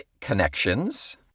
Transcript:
connections